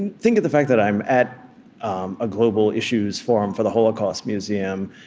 and think of the fact that i'm at um a global issues forum for the holocaust museum.